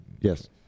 Yes